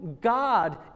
God